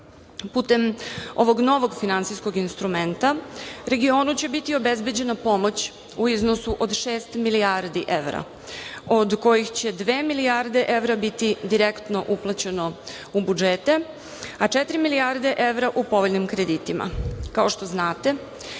ovog novog finansijskog instrumenta regionu će biti obezbeđena pomoć u iznosu od šest milijardi evra, od kojih će dve milijarde evra direktno uplaćeno u budžete, a četiri milijarde evra u povoljnim kreditima. Kao